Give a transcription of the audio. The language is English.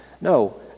No